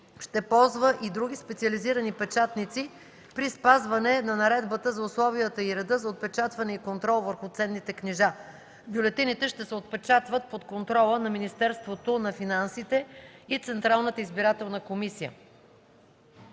ще ползва и други специализирани печатници, при спазване на Наредбата за условията и реда за отпечатване и контрол върху ценни книжа. Бюлетините ще се отпечатват под контрола на Министерството на финансите и Централната избирателна комисия.